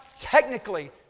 technically